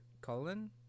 colon